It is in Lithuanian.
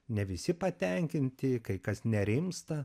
ne visi patenkinti kai kas nerimsta